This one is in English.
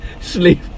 sleep